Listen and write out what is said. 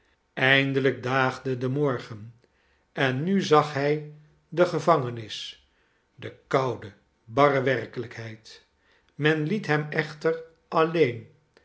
eindelijk daagde de morgen en nu zag hij de gevangenis de koude barre werkelijkheid men liet hem echter alleen